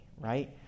right